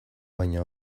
baina